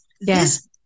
Yes